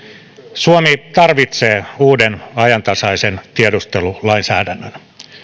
suomi tarvitsee uuden ajantasaisen tiedustelulainsäädännön